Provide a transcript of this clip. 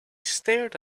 stared